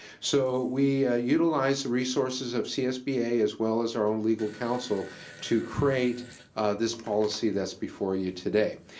so we utilized the resources of csba as well as our own legal counsel to create this policy that's before you today.